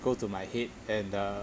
go to my head and uh